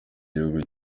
gihugu